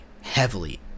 heavily